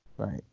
Right